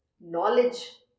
knowledge